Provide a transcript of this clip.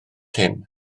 hyn